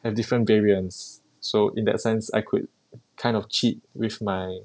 have different variants so in that sense I quit~ kind of cheap with my